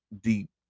deep